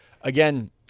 Again